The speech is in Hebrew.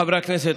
חברי הכנסת.